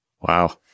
Wow